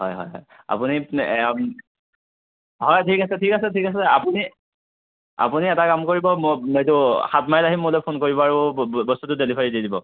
হয় হয় হয় আপুনি হয় ঠিক আছে ঠিক আছে ঠিক আছে আপুনি আপুনি এটা কাম কৰিব মোক এইটো সাতমাইল আহি মোলৈ ফোন কৰিব আৰু ব বস্তুটো ডেলিভাৰী দি দিব